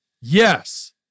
Yes